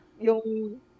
yung